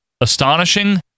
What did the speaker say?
astonishing